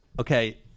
okay